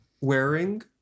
wearing